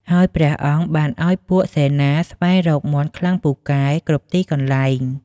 ហើយព្រះអង្គបានឲ្យពួកសេនាស្វែងរកមាន់ខ្លាំងពូកែគ្រប់ទីកន្លែង។